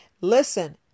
listen